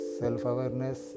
self-awareness